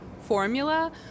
formula